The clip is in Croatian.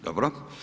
Dobro.